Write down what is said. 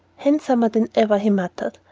handsomer than ever, he muttered,